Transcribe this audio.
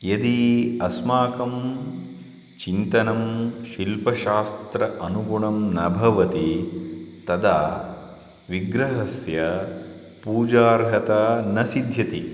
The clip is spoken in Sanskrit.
यदि अस्माकं चिन्तनं शिल्पशास्त्र अनुगुणं न भवति तदा विग्रहस्य पूजार्हता न सिद्ध्यति